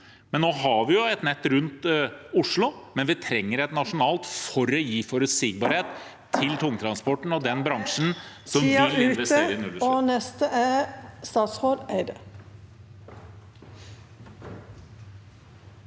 Nå har vi et nett rundt Oslo, men vi trenger et nasjonalt nett for å gi forutsigbarhet til tungtransporten og den bransjen som vil investere i nullutslipp.